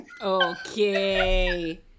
Okay